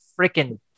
freaking